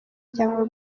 cyangwa